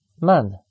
man